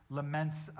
laments